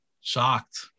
shocked